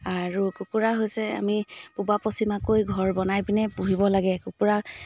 আৰু কুকুৰা হৈছে আমি পূবা পশ্চিমাকৈ ঘৰ বনাই পিনে পুহিব লাগে কুকুৰা